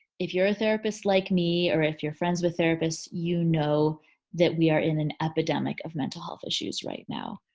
if you're a therapist like me or if you're friends with therapists you know that we are in an epidemic of mental health issues right now.